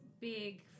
big